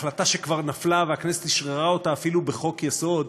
החלטה שכבר נפלה והכנסת אשררה אותה אפילו בחוק-יסוד,